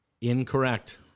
Incorrect